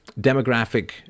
demographic